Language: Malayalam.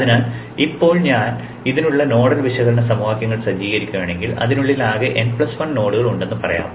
അതിനാൽ ഇപ്പോൾ ഞാൻ ഇതിനുള്ള നോഡൽ വിശകലന സമവാക്യങ്ങൾ സജ്ജീകരിക്കുകയാണെങ്കിൽ അതിനുള്ളിൽ ആകെ n 1 നോഡുകൾ ഉണ്ടെന്ന് പറയാം